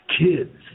kids